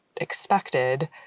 expected